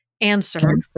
answer